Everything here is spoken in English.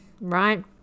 right